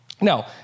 Now